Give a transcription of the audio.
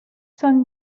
sung